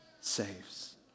saves